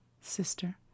Sister